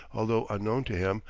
although unknown to him,